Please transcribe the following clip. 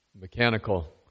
mechanical